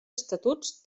estatuts